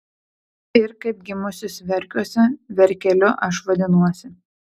ir kaip gimusis verkiuose verkeliu aš vadinuosi